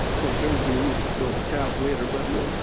course, aaron is going to use it to build a calf later. but we'll,